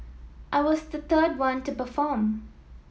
I was the third one to perform